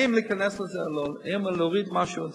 האם להיכנס לזה או לא, האם להוריד משהו.